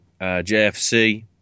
JFC